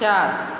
चार